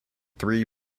three